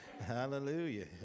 Hallelujah